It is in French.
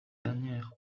dernière